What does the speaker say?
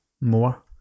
more